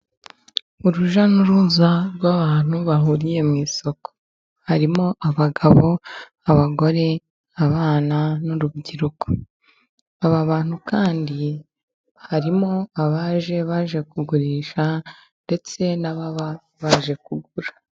Urujya n'uruza rw'abantu bahuriye mu isoko harimo abagabo ,abagore, abana n'urubyiruko. Aba bantu kandi harimo abaje baje kugurisha ndetse n'ababa baje kugura.